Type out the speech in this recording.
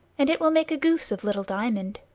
and it will make a goose of little diamond.